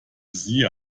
sie